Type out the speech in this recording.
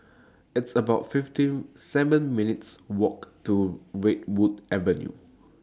It's about fifty seven minutes' Walk to Redwood Avenue